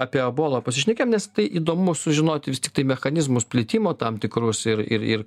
apie ebolą pasišnekėjom nes tai įdomu sužinoti vis tiktai mechanizmus plitimo tam tikrus ir ir ir